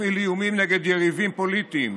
מפעיל איומים נגד יריבים פוליטיים